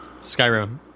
Skyrim